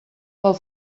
pel